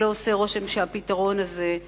ולא עושה רושם שהפתרון הזה,